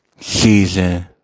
season